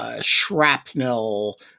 Shrapnel